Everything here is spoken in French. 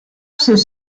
ces